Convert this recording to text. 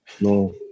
no